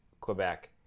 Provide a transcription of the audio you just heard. Quebec